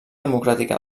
democràtica